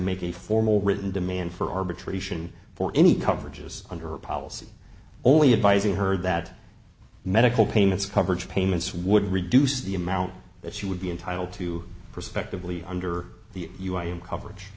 make a formal written demand for arbitration for any coverages under a policy only advising her that medical payments coverage payments would reduce the amount that she would be entitled to prospectively under the u i in coverage